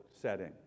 setting